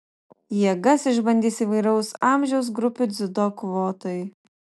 jėgas išbandys įvairaus amžiaus grupių dziudo kovotojai